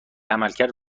عملکرد